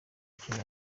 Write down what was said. ikina